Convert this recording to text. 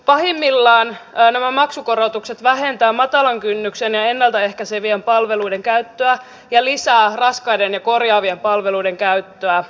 pahimmillaan nämä maksukorotukset vähentävät matalan kynnyksen ja ennalta ehkäisevien palveluiden käyttöä ja lisäävät raskaiden ja korjaavien palveluiden käyttöä